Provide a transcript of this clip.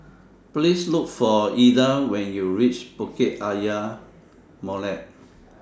Please Look For Ilda when YOU REACH Bukit Ayer Molek